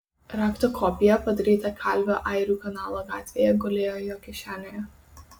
rakto kopija padaryta kalvio airių kanalo gatvėje gulėjo jo kišenėje